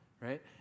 right